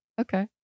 Okay